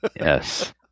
Yes